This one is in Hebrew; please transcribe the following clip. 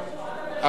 אתה פה.